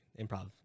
improv